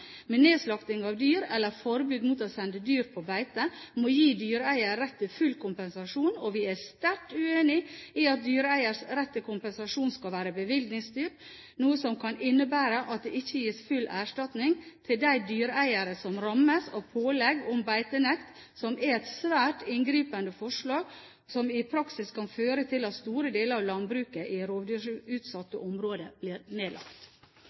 med nedslakting av dyr eller forbud mot å sende dyr på beite må gi dyreeiere rett til full kompensasjon, og vi er sterkt uenig i at dyreeiers rett til kompensasjons skal være bevilgningsstyrt, noe som kan innebære at det ikke gis full erstatning til de dyreeiere som rammes av pålegg om beitenekt, som er et svært inngripende forslag som i praksis kan føre til at store deler av landbruket i rovdyrutsatte områder blir nedlagt.